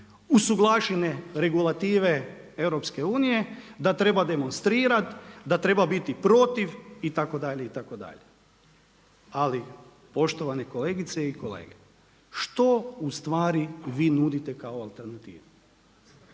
usuglašene regulative EU, da treba demonstrirat, da treba biti protiv itd. itd. Ali poštovane kolegice i kolege što u stvari vi nudite kao alternativu?